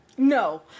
No